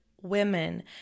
women